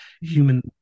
human